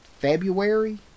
February